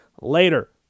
later